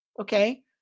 okay